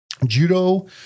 judo